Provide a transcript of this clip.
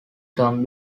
term